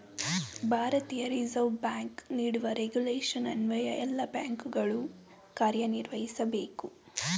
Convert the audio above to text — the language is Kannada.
ಭಾರತೀಯ ರಿಸರ್ವ್ ಬ್ಯಾಂಕ್ ನೀಡುವ ರೆಗುಲೇಶನ್ ಅನ್ವಯ ಎಲ್ಲ ಬ್ಯಾಂಕುಗಳು ಕಾರ್ಯನಿರ್ವಹಿಸಬೇಕು